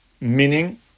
meaning